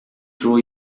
draw